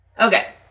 Okay